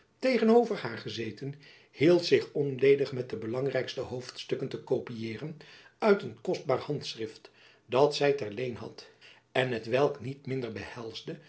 tegenover haar gezeten hield zich onledig met de belangrijkste hoofdstukken te kopieeren uit een kostbaar handschrift dat zy ter leen had en t welk niet minder behelsde dan